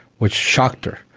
which shocked her.